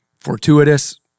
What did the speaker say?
fortuitous